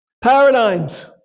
Paradigms